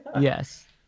yes